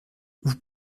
vous